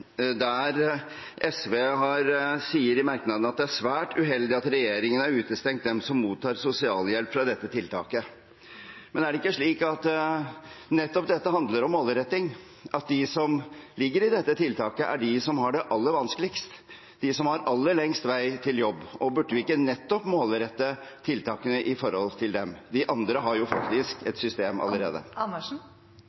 uheldig at regjeringen har utestengt dem som mottar sosialhjelp, fra dette tiltaket». Men handler ikke dette nettopp om målretting, at de som er inne i dette tiltaket, er de som har det aller vanskeligst, som har aller lengst vei til å komme i jobb? Burde vi ikke nettopp målrette tiltakene mot dem? De andre har jo